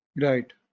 right